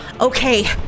okay